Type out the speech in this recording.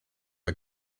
are